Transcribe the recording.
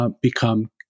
become